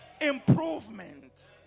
improvement